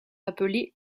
appelés